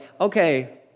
Okay